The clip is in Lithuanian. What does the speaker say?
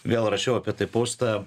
vėl rašiau apie tai postą